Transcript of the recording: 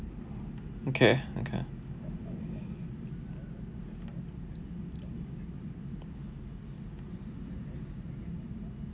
okay okay